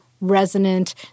resonant